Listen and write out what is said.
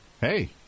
hey